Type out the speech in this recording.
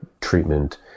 treatment